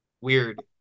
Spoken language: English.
weird